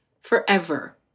forever